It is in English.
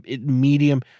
medium